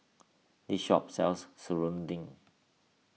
this shop sells Serunding